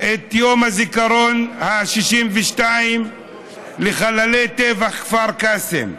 את יום הזיכרון ה-62 לחללי טבח כפר קאסם.